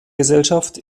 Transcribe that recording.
gesellschaft